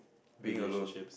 being alone